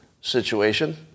situation